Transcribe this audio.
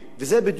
דבר אחד,